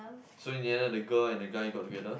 so in the end the girl and the guy got together